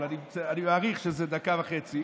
אבל אני מעריך שזה דקה וחצי.